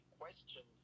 question